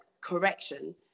correction